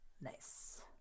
Nice